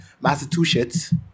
Massachusetts